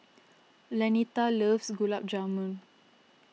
Lanita loves Gulab Jamun